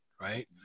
right